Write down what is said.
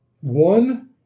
one